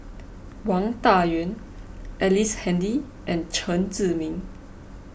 Wang Dayuan Ellice Handy and Chen Zhiming